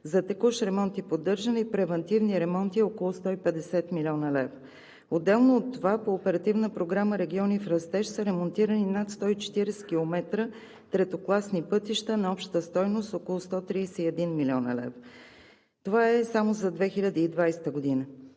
за текущ ремонт и поддържане и превантивни ремонти е около 150 млн. лв. Отделно от това по Оперативна програма „Региони в растеж“ са ремонтирани над 140 км третокласни пътища на обща стойност около 131 млн. лв. Това е само за 2020 г.